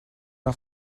una